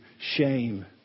shame